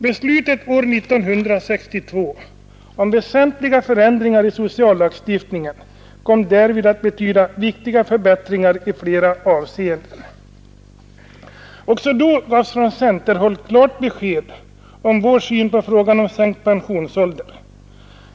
Beslutet år 1962 om väsentliga förändringar i sociallagstiftningen kom därvid att betyda viktiga förbättringar i flera avseenden. Också då gavs från centerhåll klart besked om vår syn på frågan om sänkt pensionsålder.